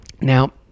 now